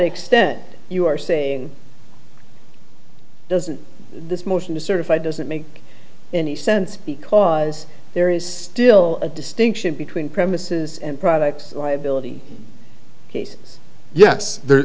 extent you are saying doesn't this motion to certify doesn't make any sense because there is still a distinction between premises and product liability case yes